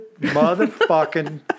motherfucking